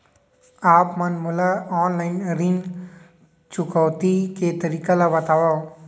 आप मन मोला ऑनलाइन ऋण चुकौती के तरीका ल बतावव?